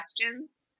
questions